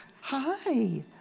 Hi